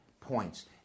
points